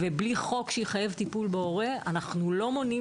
בלי חוק שיחייב טיפול בהורה אנחנו לא מונעים